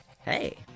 Hey